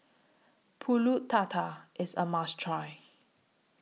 Pulut Tatal IS A must Try